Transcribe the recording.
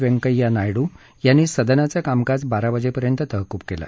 वेंकय्या नायडू यांनी सदनाचं कामकाज बारा वाजेपर्यंत तहकूब केलं